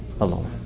alone